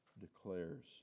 declares